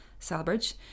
Salbridge